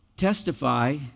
testify